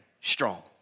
strong